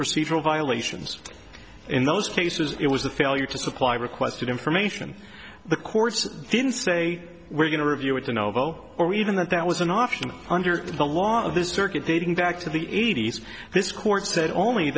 procedural violations in those cases it was the failure to supply requested information the courts didn't say we're going to review it to novo or even that that was an option under the law of this circuit dating back to the eighty's this court said only